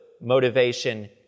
motivation